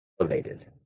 elevated